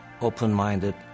open-minded